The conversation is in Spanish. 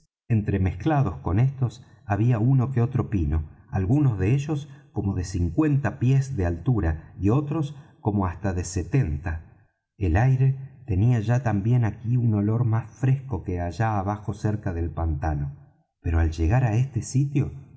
dimensiones entremezclados con estos había uno que otro pino algunos de ellos como de cincuenta pies de altura y otros como hasta de setenta el aire tenía ya aquí también un olor más fresco que allá abajo cerca del pantano pero al llegar á este sitio